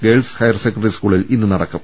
girls higher secondary സ്കൂളിൽ ഇന്ന് നടക്കും